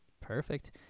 Perfect